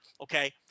okay